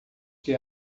que